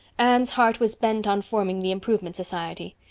anne's heart was bent on forming the improvement society.